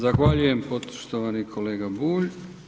Zahvaljujem poštovani kolega Bulj.